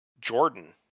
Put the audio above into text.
jordan